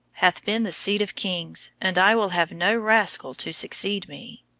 hath been the seat of kings, and i will have no rascal to succeed me.